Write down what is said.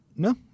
No